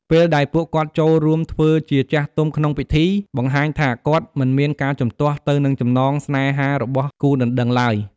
ពេលដែលពួកគាត់ចូលរួមធ្វើជាចាស់ទុំក្នុងពិធី បង្ហាញថាគាត់មិនមានការជំទាស់ទៅនឹងចំណងស្នេហារបស់គូដណ្ដឹងឡើយ។